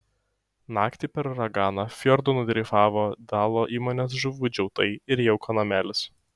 naktį per uraganą fjordu nudreifavo dalo įmonės žuvų džiautai ir jauko namelis